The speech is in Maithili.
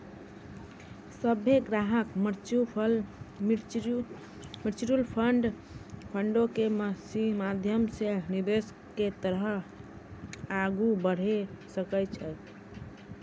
सभ्भे ग्राहक म्युचुअल फंडो के माध्यमो से निवेश के तरफ आगू बढ़ै सकै छै